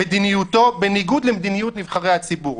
מדיניותו בניגוד למדיניות נבחרי הציבור.